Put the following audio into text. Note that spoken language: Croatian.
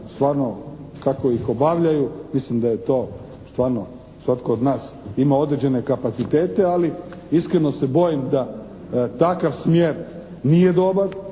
stvarno kako ih obavljaju. Mislim da je to stvarno svatko od nas ima određene kapacitete ali iskreno se bojim da takav smjer nije dobar.